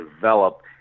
develop